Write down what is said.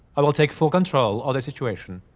i will take full control of the situation.